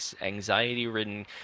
anxiety-ridden